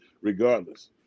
regardless